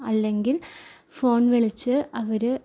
അല്ലെങ്കിൽ ഫോൺ വിളിച്ച് അവര്